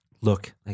look